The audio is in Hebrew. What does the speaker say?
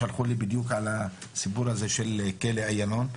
שלחו לי בדיוק על הסיפור הזה של כלא "איילון".